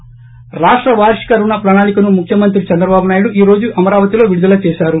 ి రాష్ట వార్షిక రుణ ప్రణాళికను ముఖ్యమంత్రి చంద్రబాబు నాయుడు ఈ రోజు అమరావతిలో విడుదల చేశారు